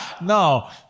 No